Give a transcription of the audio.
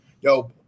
Yo